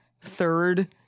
Third